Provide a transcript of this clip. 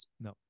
No